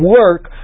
work